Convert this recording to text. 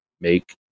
make